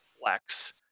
flex